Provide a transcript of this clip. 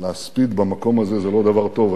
להספיד במקום הזה זה לא דבר טוב,